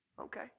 Okay